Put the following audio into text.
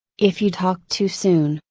if you talk too soon,